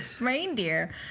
reindeer